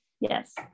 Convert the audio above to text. Yes